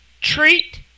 treat